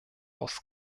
aus